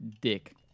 Dick